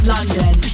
London